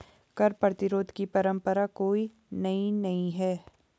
कर प्रतिरोध की परंपरा कोई नई नहीं है